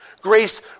Grace